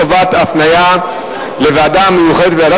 חובת הפניה לוועדה המיוחדת ולוועדת